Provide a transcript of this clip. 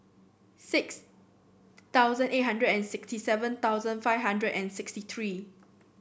six thousand eight hundred and sixty seven thousand five hundred and sixty three